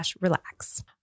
Relax